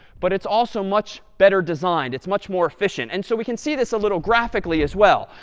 but it's also much better designed. it's much more efficient. and so we can see this a little graphically as well.